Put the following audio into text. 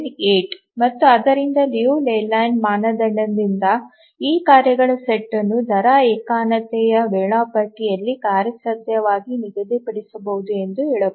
778 ಮತ್ತು ಆದ್ದರಿಂದ Liu Layland ಮಾನದಂಡದಿಂದ ಈ ಕಾರ್ಯಗಳ ಸೆಟ್ ಅನ್ನು ದರ ಏಕತಾನತೆಯ ವೇಳಾಪಟ್ಟಿಯಲ್ಲಿ ಕಾರ್ಯಸಾಧ್ಯವಾಗಿ ನಿಗದಿಪಡಿಸಬಹುದು ಎಂದು ಹೇಳಬಹುದು